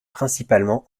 principalement